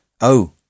Oh